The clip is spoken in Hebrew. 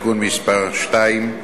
(תיקון מס' 2),